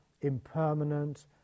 impermanent